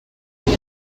fill